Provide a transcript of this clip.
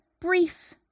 brief